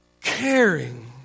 caring